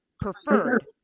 preferred